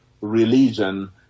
religion